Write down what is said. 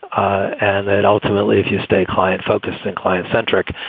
ah and and ultimately, if you stay client focused and client centric,